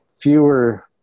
fewer